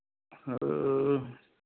sir